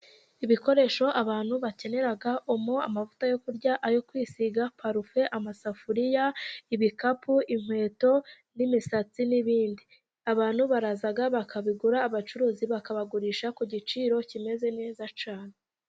Ibikoresho abantu bakenera : omo ,amavuta yo kurya ,ayo kwisiga ,parufe, amasafuriya ,ibikapu inkweto n'imisatsi n'ibindi. Abantu baraza bakabigura ,abacuruzi bakabagurisha ku giciro kimeze neza cyane.